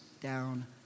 down